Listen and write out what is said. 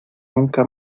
nunca